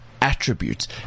attributes